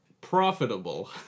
Profitable